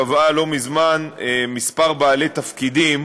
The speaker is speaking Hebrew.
קבעה לא מזמן כמה בעלי תפקידים